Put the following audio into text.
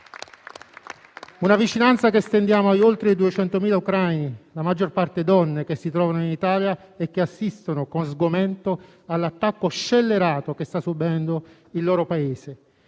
Una vicinanza che stendiamo agli oltre 200.000 ucraini, la maggior parte donne, che si trovano in Italia e che assistono con sgomento all'attacco scellerato che sta subendo il loro Paese.